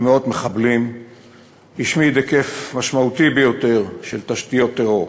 במאות מחבלים והשמיד היקף משמעותי ביותר של תשתיות טרור.